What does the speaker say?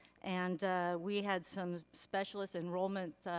and we had some specialists, enrollment